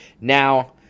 Now